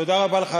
תודה רבה לך,